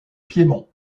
piémont